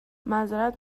معظرت